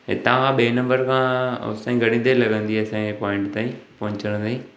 हितां खां ॿिए नंबर खां होसि ताईं घणी देरि लॻंदी असां जे पोइंट ताईं पहुचण ताईं